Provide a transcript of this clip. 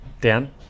Dan